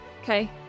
okay